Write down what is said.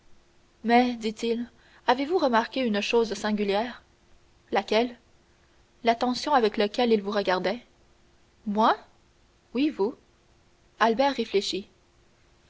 mais dit-il avez-vous remarqué une chose singulière laquelle l'attention avec laquelle il vous regardait moi oui vous albert réfléchit